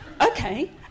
okay